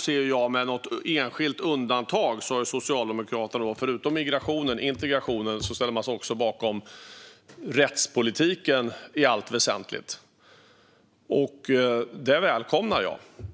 ser med något enskilt undantag att Socialdemokraterna, utöver migrationen och integrationen, även ställer sig bakom rättspolitiken i allt väsentligt. Detta välkomnar jag.